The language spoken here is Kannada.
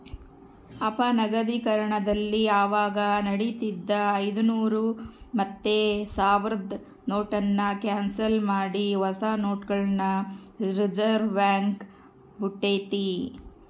ಅಪನಗದೀಕರಣದಲ್ಲಿ ಅವಾಗ ನಡೀತಿದ್ದ ಐನೂರು ಮತ್ತೆ ಸಾವ್ರುದ್ ನೋಟುನ್ನ ಕ್ಯಾನ್ಸಲ್ ಮಾಡಿ ಹೊಸ ನೋಟುಗುಳ್ನ ರಿಸರ್ವ್ಬ್ಯಾಂಕ್ ಬುಟ್ಟಿತಿ